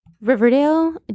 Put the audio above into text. riverdale